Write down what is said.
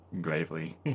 gravely